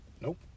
Nope